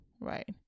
right